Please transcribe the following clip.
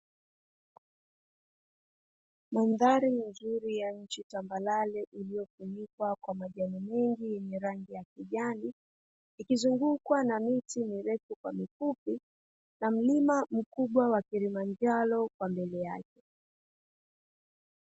Mandhari nzuri ya nchi tambalale iliyofunikwa kwa majani mengi yenye rangi ya kijani ikizungukwa na miti mirefu kwa mifupi na mlima mkubwa wa Kilimanjaro kwa mbele yake.